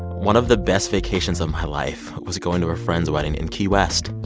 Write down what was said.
one of the best vacations of my life was going to a friend's wedding in key west.